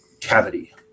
cavity